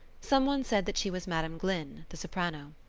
someone said that she was madam glynn, the soprano.